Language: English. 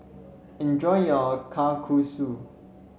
enjoy your Kalguksu